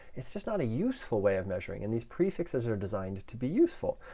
it's just not a useful way of measuring, and these prefixes are designed to be useful.